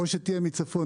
או שתהיה מצפון,